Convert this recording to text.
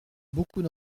beaucoup